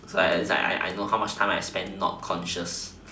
so at least I know how much time I spent not conscious